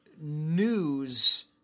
news